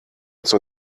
zur